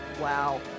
Wow